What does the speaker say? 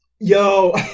Yo